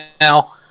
now